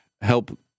help